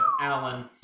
Alan